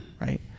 Right